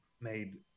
made